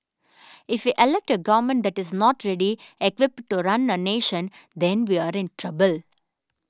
if we elect a government that is not ready equipped to run a nation then we are in trouble